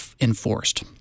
enforced